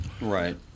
Right